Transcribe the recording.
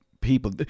people